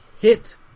hit